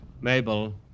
Mabel